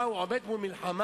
מה, הוא עומד מול מלחמה?